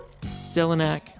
Zelenak